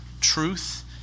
truth